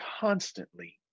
constantly